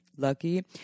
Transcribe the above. lucky